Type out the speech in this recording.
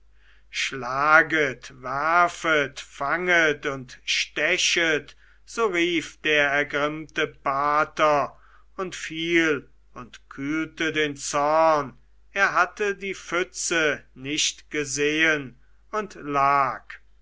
schlaget werfet fanget und stechet so rief der ergrimmte pater und fiel und kühlte den zorn er hatte die pfütze nicht gesehen und lag